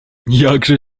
jakże